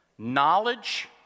Knowledge